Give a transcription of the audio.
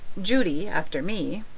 judy, after me.